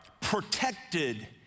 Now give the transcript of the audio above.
protected